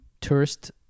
Tourist